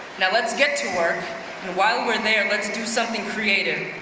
now let's get to work and while we're there, let's do something creative,